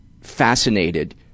fascinated